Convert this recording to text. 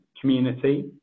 community